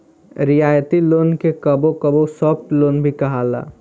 रियायती लोन के कबो कबो सॉफ्ट लोन भी कहाला